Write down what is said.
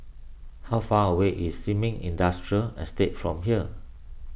how far away is Sin Ming Industrial Estate from here